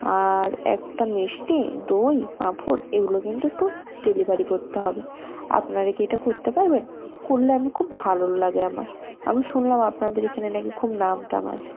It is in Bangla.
আর একটা মিষ্টি দই পাঁপড় এগুলো কিন্তু একটু ডেলিভারি করতে হবে আপনারা কি এটা করতে পারবেন করলে আমি খুব ভালো লাগে আমার আমি শুনলাম আপনাদের এখানে না কি খুব নাম টাম আছে